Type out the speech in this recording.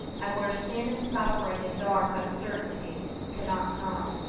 and where sin and suffering and dark uncertainty cannot come.